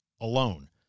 alone